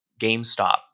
GameStop